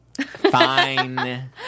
Fine